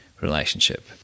relationship